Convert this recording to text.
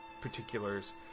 particulars